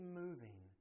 moving